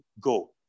go